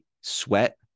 sweat